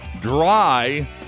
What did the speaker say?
dry